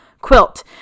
quilt